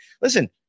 listen